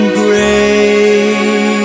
grace